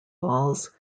falls